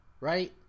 right